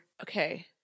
Okay